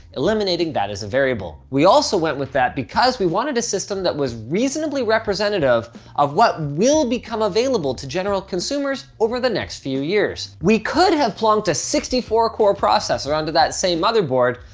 eliminating that as a variable. we also went with that because we wanted a system that was reasonably representative of what will become available to general consumers over the next few years. we could have plunked a sixty four core processor onto that same motherboard,